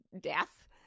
death